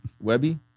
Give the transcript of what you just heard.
Webby